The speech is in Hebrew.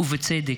ובצדק.